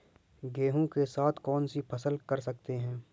गेहूँ के साथ कौनसी फसल कर सकते हैं?